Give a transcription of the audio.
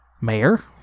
Mayor